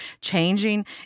changing